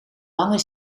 lange